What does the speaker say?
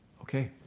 Okay